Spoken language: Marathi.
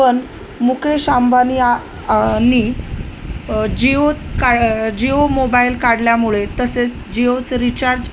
पण मुकेश अंबानी आणि जिओ का जिओ मोबाईल काढल्यामुळे तसेच जिओचं रिचार्ज